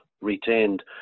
retained